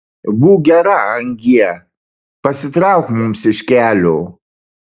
būk gera angie pasitrauk mums iš kelio